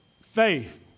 Faith